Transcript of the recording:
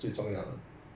ya lah like